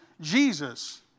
Jesus